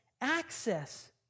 access